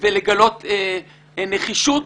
ולגלות נחישות,